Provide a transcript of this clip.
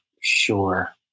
sure